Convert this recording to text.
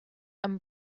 and